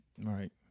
right